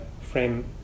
frame